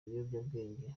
biyobyabwenge